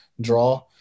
draw